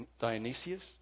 Dionysius